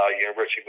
University